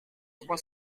trois